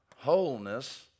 Wholeness